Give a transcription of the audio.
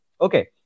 Okay